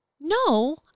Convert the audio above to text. no